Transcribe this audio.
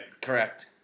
Correct